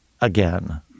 again